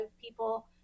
people